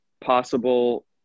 possible